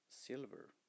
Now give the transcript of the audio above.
silver